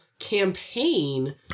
campaign